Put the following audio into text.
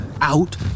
out